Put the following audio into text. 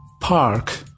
park